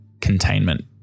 containment